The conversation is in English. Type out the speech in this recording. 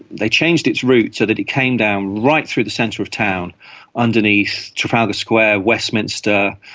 they changed its route so that it came down right through the centre of town underneath trafalgar square, westminster,